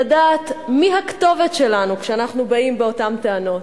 לדעת מי הכתובת שלנו כשאנחנו באים באותן טענות.